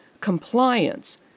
compliance